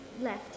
left